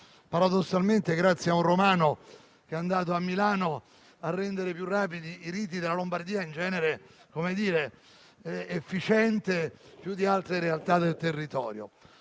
paradossalmente grazie a un romano che è andato a Milano a rendere più rapidi i riti della Lombardia, che in genere è più efficiente di altre realtà del territorio.